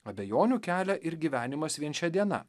abejonių kelia ir gyvenimas vien šia diena